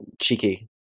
cheeky